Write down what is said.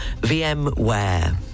VMware